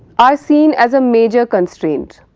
are seen as a major constraint.